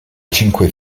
cinque